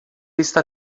está